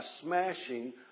smashing